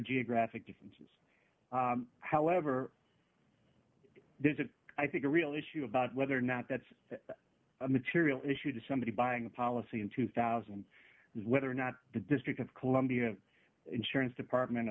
geographic difference however does it i think the real issue about whether or not that's a material issue to somebody buying a policy in two thousand and whether or not the district of columbia insurance department o